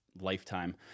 lifetime